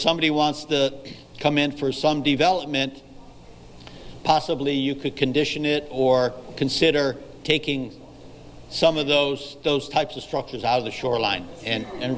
somebody wants to come in for some development possibly you could condition it or consider taking some of those those types of structures out of the shoreline and and